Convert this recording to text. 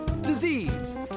disease